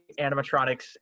animatronics